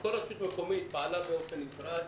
כל רשות מקומית פעלה באופן נפרד,